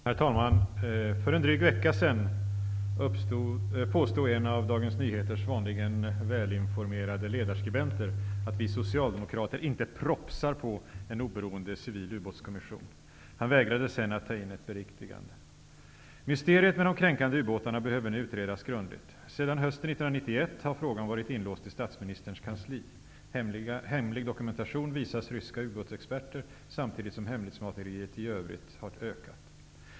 Herr talman! För en dryg vecka sedan påstod en av Dagens Nyheters vanligen välinformerade ledarskribenter att vi socialdemokrater ''inte propsar på'' en oberoende civil ubåtskommission. Han vägrade sedan att ta in ett beriktigande. Mysteriet med de kränkande ubåtarna behöver nu utredas grundligt. Sedan hösten 1991 har frågan varit inlåst i statsministerns kansli. Hemlig dokumentation visas ryska ubåtsexperter, samtidigt som hemlighetsmakeriet i övrigt har ökat.